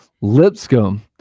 Lipscomb